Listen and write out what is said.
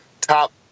top